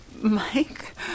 Mike